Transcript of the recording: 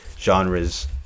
genres